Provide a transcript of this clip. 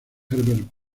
herbert